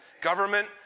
government